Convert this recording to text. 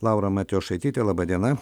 laura matijošaitytė laba diena